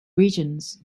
regions